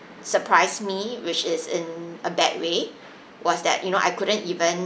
surprise me which is in a bad way was that you know I couldn't even